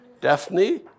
Daphne